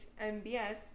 MBS